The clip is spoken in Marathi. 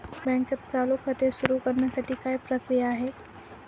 बँकेत चालू खाते सुरु करण्यासाठी काय प्रक्रिया आहे?